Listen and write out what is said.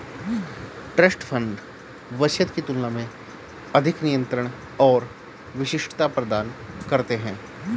trust fund वसीयत की तुलना में अधिक नियंत्रण और विशिष्टता प्रदान करते हैं